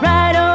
Right